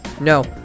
no